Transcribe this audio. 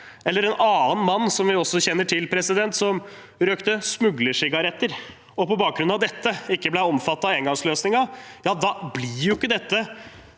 eller når en annen mann som vi også kjenner til, røkte smuglersigaretter og på bakgrunn av det ikke ble omfattet av engangsløsningen, da vises det